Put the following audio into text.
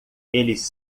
eles